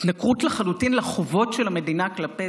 התנכרות לחלוטין לחובות של המדינה כלפי